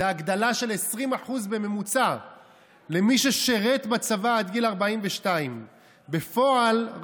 זו הגדלה של 20% בממוצע למי ששירת בצבא עד גיל 42. בפועל,